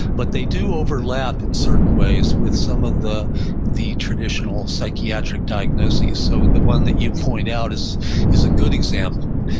but they do overlap in certain ways with some of the the traditional psychiatric diagnoses. so the one that you've point out is is a good example.